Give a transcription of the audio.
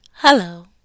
Hello